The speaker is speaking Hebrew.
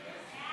חוק הסדרת